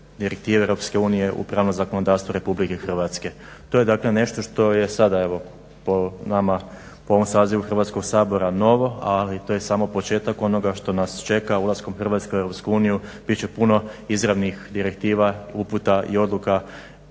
direktive EU u pravno zakonodavstvo RH. To je dakle nešto što je sada evo po nama, po ovom sazivu Hrvatskog sabora novo, ali to je samo početak onoga što nas čeka ulaskom Hrvatske u EU, bit će puno izravnih direktiva, uputa i odluka